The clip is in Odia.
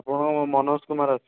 ନାଁ କଣ ହେବ ମନୋଜ କୁମାର ଆସିବ